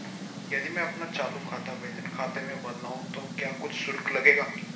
यदि मैं अपना चालू खाता वेतन खाते में बदलवाऊँ तो क्या कुछ शुल्क लगेगा?